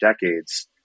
decades